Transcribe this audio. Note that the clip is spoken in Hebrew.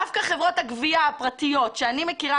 דווקא חברות הגבייה הפרטיות שאני מכירה